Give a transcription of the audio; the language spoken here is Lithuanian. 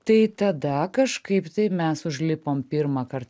tai tada kažkaip tai mes užlipom pirmąkart